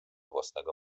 własnego